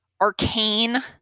arcane